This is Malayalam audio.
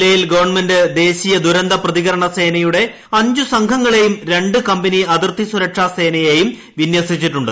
ജില്ലയിൽ ഗവൺമെന്റ് ദേശീയ ദുരന്ത പ്രതികരണസേനയുടെ അഞ്ച് സംഘങ്ങളെയും രണ്ട് കമ്പനി അതിർത്തി സുരക്ഷാസേനയെയും വിന്യസിച്ചിട്ടുണ്ട്